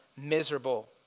miserable